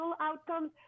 outcomes